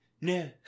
no